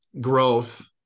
growth